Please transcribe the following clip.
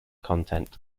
content